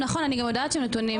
נכון אני גם יודעת שהנתונים,